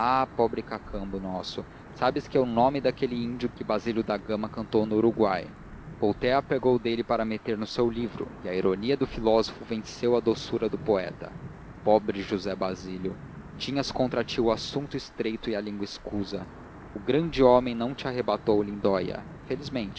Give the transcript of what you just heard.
pobre cacambo nosso sabes que é o nome daquele índio que basílio da gama cantou no uruguai voltaire pegou dele para o meter no seu livro e a ironia do filósofo venceu a doçura do poeta pobre josé basílio tinhas contra ti o assunto estreito e a língua escusa o grande homem não te arrebatou lindoia felizmente